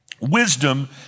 Wisdom